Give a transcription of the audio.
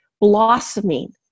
blossoming